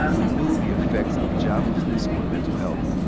we knew the affects of joblessness on mental health.